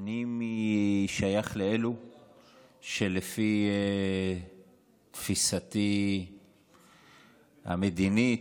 אני שייך לאלה שלפי תפיסתם המדינית,